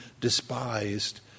despised